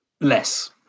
Less